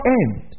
end